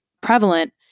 prevalent